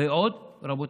ועוד, רבותיי,